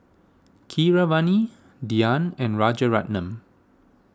Keeravani Dhyan and Rajaratnam